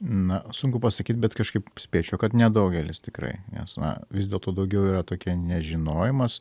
na sunku pasakyt bet kažkaip spėčiau kad nedaugelis tikrai nes na vis dėlto daugiau yra tokia nežinojimas